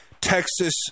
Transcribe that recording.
Texas